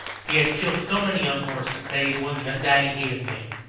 he has killed so many young horses that he has won the undying hate of man.